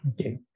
Okay